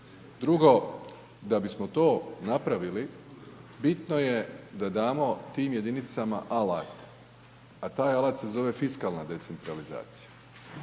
Drugo da bismo to napravili, bitno je da damo tim jedinicama alat. A taj alat se zove fiskalna decentralizacija.